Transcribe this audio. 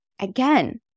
Again